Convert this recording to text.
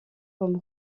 comme